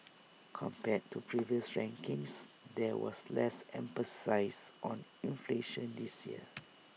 compared to previous rankings there was less emphasis on inflation this year